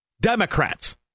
Democrats